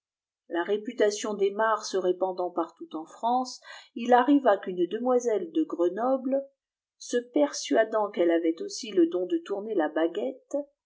la réputation d'aymar se répandant partout en france il arriva qu'une demoiselle de grenoble se persuadant qu'elle avait aussi le don de tourner la baguette